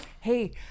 hey